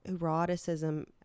eroticism